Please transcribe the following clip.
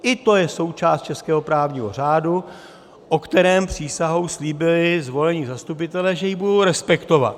I to je součást českého právního řádu, o kterém přísahou slíbili zvolení zastupitelé, že ji budou respektovat.